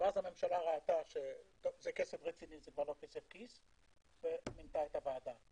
ואז הממשלה ראתה שזה כסף רציני, ומינתה את הוועדה.